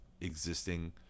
existing